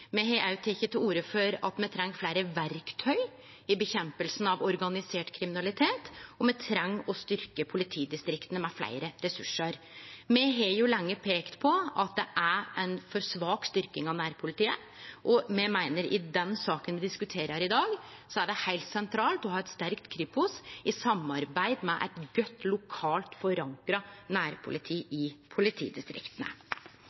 Me har òg teke til orde for at me treng fleire verktøy for å kjempe mot organisert kriminalitet, og me treng å styrkje politidistrikta med fleire resursar. Me har lenge peikt på at det er ei for svak styrking av nærpolitiet, og me meiner, i den saka me diskuterer i dag, det er heilt sentralt å ha eit sterkt Kripos i samarbeid med eit godt lokalt forankra nærpoliti